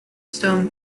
stone